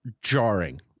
jarring